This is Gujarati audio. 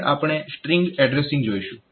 આગળ આપણે સ્ટ્રીંગ એડ્રેસીંગ જોઈશું